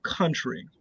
country